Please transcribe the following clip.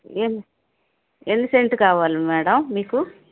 ఎన్ని సెంట్లు కావాలి మేడమ్ మీకు